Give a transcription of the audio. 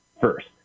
first